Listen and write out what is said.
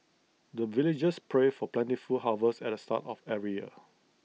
the villagers pray for plentiful harvest at the start of every year